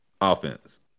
offense